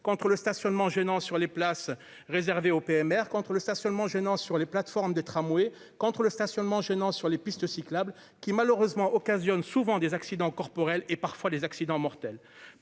contre le stationnement gênant sur les places réservées aux PMR contre le stationnement gênant sur les plateformes de tramway contre le stationnement gênant sur les pistes cyclables qui malheureusement occasionne souvent des accidents corporels et parfois des accidents mortels,